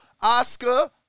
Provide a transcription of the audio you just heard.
Oscar